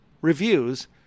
reviews